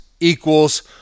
Equals